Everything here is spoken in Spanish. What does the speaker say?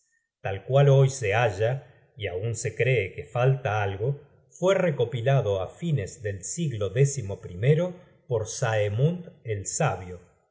tal cual hoy se halla y aun se cree que falta algo fue recopilado á fines del siglo xi por saemund el sabio